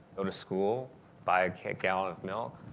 go to school buy a cake out of milk,